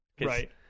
Right